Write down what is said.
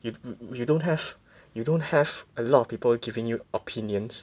you you don't have you don't have a lot of people giving your opinions